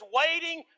waiting